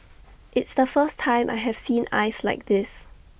it's the first time I have seen ice like this